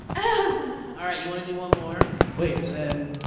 ah right, you wanna do one more? wait and then?